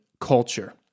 culture